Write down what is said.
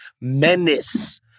menace